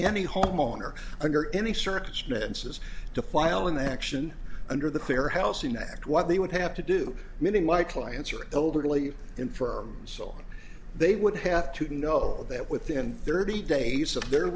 any homeowner under any circumstances to file an action under the fair housing act what they would have to do meaning my clients who are elderly infirm so they would have to know that within thirty days of their